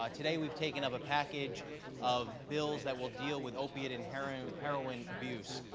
ah today we have taken up a package of bills that will deal with opiate and heroin heroin abuse.